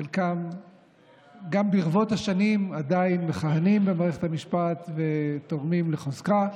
חלקם ברבות השנים עדיין מכהנים במערכת המשפט ותורמים לחוזקה.